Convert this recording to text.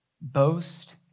boast